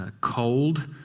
cold